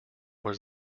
was